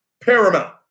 paramount